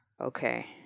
Okay